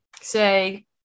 say